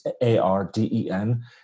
A-R-D-E-N